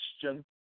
question